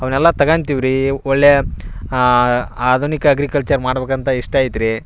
ಅವನ್ನೆಲ್ಲ ತಗೊಳ್ತೀವಿ ರೀ ಒಳ್ಳೆ ಆಧುನಿಕ ಅಗ್ರಿಕಲ್ಚರ್ ಮಾಡಬೇಕಂತ ಇಷ್ಟ ಐತಿ ರೀ